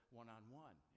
one-on-one